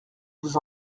vous